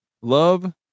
Love